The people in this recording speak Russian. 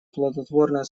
плодотворное